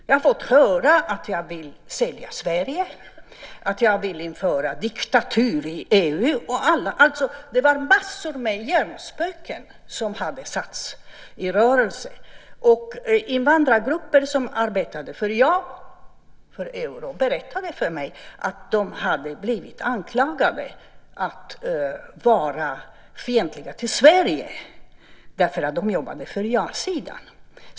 Jag har fått höra att jag vill sälja Sverige, att jag vill införa diktatur i EU och sådant. Det var massor med hjärnspöken som hade satts i rörelse. Invandrargrupper som arbetade för ja till euron berättade för mig att de hade blivit anklagade för att vara fientliga till Sverige därför att de jobbade för ja-sidan.